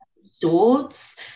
swords